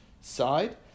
side